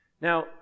Now